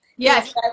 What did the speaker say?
Yes